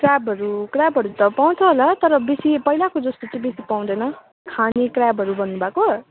क्र्याबहरू क्र्याबहरू त पाउँछ होला तर बेसी पहिलाको जस्तो चाहिँ बेसी पाउँदैन खाने क्र्याबहरू भन्नु भएको